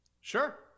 Sure